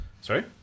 Sorry